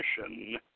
mission